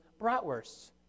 bratwursts